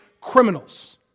criminals